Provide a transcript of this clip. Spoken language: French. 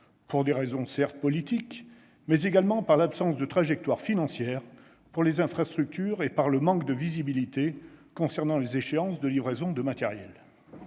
pour des raisons politiques, mais également par l'absence de trajectoire financière pour les infrastructures et par le manque de visibilité concernant les échéances de livraison de matériel.